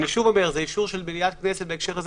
זה אישור של מליאת הכנסת בהקשר הזה